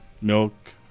milk